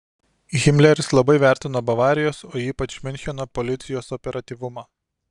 himleris labai vertino bavarijos o ypač miuncheno policijos operatyvumą